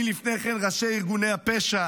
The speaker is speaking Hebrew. אם לפני כן ראשי ארגוני הפשע